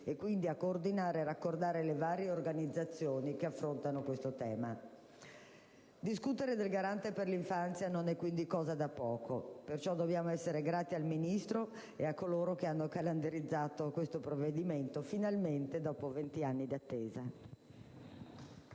e quindi a coordinare e raccordare le varie organizzazioni che affrontano questo tema. Discutere del Garante per l'infanzia non è quindi cosa da poco, perciò dobbiamo essere grati al Ministro e a coloro che hanno calendarizzato finalmente questo provvedimento dopo venti anni d'attesa.